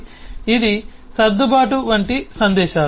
కాబట్టి ఇది సర్దుబాటు వంటి సందేశాలు